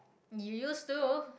you used to